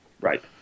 Right